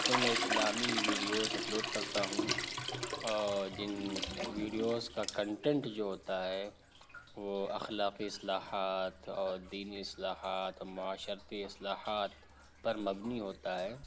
جس پر میں اسلامی ویڈیوز اپلوڈ کرتا ہوں اور جن ویڈیوز کا کنٹنٹ جو ہوتا ہے وہ اخلاقی اصلاحات اور دینی اصلاحات معاشرتی اصلاحات پر مبنی ہوتا ہے